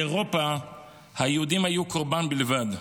באירופה היהודים היו קורבן בלבד.